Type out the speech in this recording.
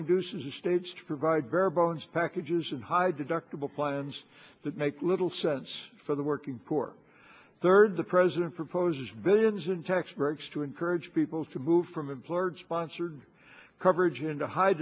induces a stage to provide bare bones packages and high deductible plans that make little sense for the working poor third the president proposes billions in tax breaks to encourage people to move from employed sponsored coverage into high